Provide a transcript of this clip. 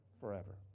forever